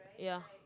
yeah